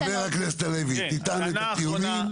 חבר הכנסת הלוי, תטען את הטיעונים.